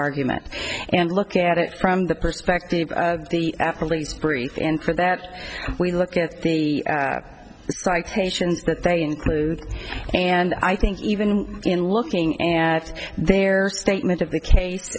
argument and look at it from the perspective of the release brief and for that we look at the citations that they include and i think even in looking at their statement of the case